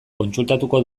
kontsultatuko